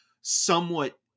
somewhat